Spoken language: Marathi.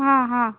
हा हा